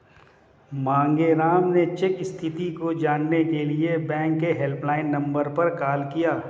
मांगेराम ने चेक स्थिति को जानने के लिए बैंक के हेल्पलाइन नंबर पर कॉल किया